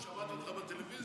אתמול שמעתי אותך בטלוויזיה,